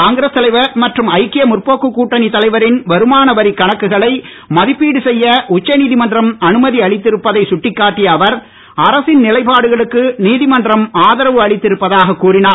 காங்கிரஸ் தலைவர் மற்றும் ஐக்கிய முற்பொக்கு கூட்டணித் தலைவரின் வருமான வரிக்கணக்குகளை மறுமதிப்பீடு செய்ய உச்சநீதிமன்றம் அனுமதி அளித்திருப்பதை சுட்டிக்காட்டிய அவர் அரசின் நிலைபாடுகளுக்கு நீதிமன்றம் ஆதரவு அளித்திருப்பதாக கூறினார்